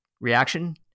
reaction